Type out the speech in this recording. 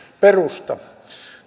perusta